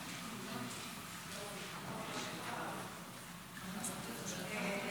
חוק לתיקון פקודת מס הכנסה (מס' 272),